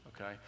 okay